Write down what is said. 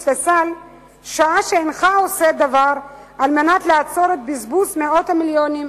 לסל שעה שאינך עושה דבר על מנת לעצור את בזבוז מאות המיליונים,